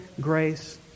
grace